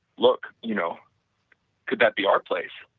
look, you know could that be our place,